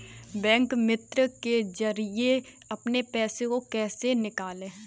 Bank मित्र के जरिए अपने पैसे को कैसे निकालें?